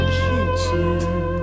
kitchen